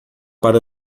para